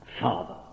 Father